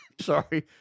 Sorry